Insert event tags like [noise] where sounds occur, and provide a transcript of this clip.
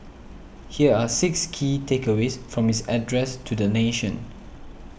here are six key takeaways from his address to the [noise] nation